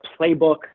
playbook